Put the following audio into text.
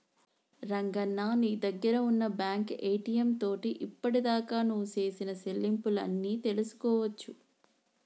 రంగన్న నీ దగ్గర ఉన్న బ్యాంకు ఏటీఎం తోటి ఇప్పటిదాకా నువ్వు సేసిన సెల్లింపులు అన్ని తెలుసుకోవచ్చు